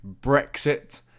Brexit